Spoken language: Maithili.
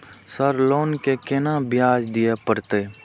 सर लोन के केना ब्याज दीये परतें?